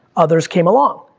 others came along.